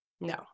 No